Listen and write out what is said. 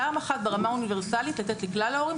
פעם אחת, ברמה האוניברסלית לתת לכלל ההורים.